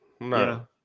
No